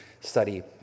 study